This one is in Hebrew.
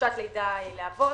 בחופשת לידה לאבות.